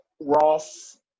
Ross